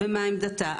ומה עמדתה.